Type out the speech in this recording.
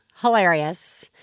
hilarious